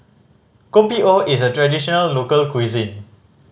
Kopi O is a traditional local cuisine